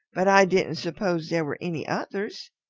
but i didn't suppose there were any others.